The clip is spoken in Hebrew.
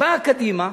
באה קדימה,